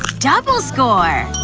double score.